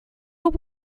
what